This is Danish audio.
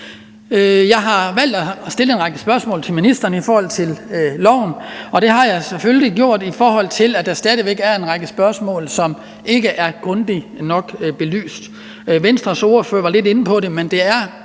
Jeg har valgt at stille en række spørgsmål til ministeren om loven, og det har jeg selvfølgelig gjort, fordi der stadig væk er en række spørgsmål, som ikke er grundigt nok belyst. Venstres ordfører var lidt inde på det. Og det